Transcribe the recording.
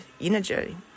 energy